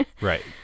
Right